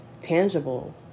tangible